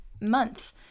month